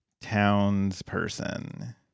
townsperson